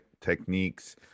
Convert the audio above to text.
techniques